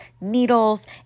needles